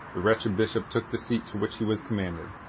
the wretched bishop took the seat to which he was commanded.